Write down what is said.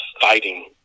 fighting